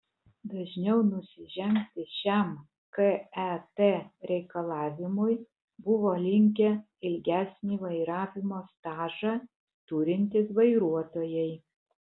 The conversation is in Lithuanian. dažniau nusižengti šiam ket reikalavimui buvo linkę ilgesnį vairavimo stažą turintys vairuotojai